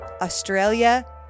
Australia